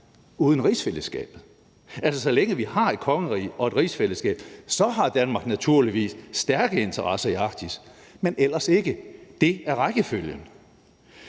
uden rigsfællesskabet. Så længe vi har et kongerige og et rigsfællesskab, har Danmark naturligvis stærke interesser i Arktis, men ellers ikke. Det er rækkefølgen.